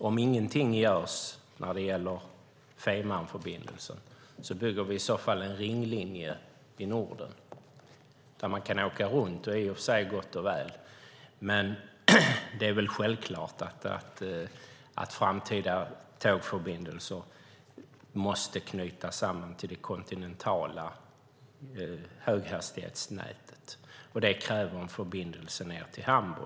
Om ingenting görs när det gäller Fehmarnförbindelsen bygger vi i så fall tyvärr bara en ringlinje i Norden där man kan åka runt. Det är i och för sig gott och väl. Men det är väl självklart att framtida tågförbindelser måste knytas ihop med det kontinentala höghastighetsnätet, och det kräver en förbindelse ned till Hamburg.